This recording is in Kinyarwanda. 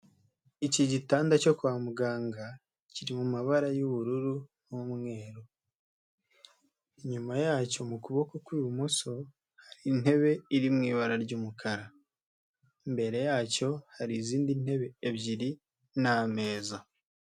Ikitanda cyo kwa muganga kiri mu mabara y'ubururu n'umweru, inyuma yacyo mu kuboko kw'ibumoso hari intebe iri mu ibara ry'umukara, imbere yacyo hari izindi ebyiri n'ameza.